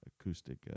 acoustic